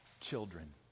children